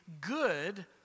good